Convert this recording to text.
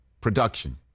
production